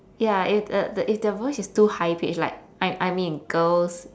ya if the the if their voice is too high pitched like I I mean girls